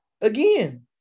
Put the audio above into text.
Again